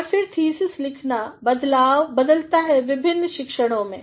और फिर थीसिस लिखना बदलता है विभिन्न शिक्षणों में